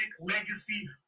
legacy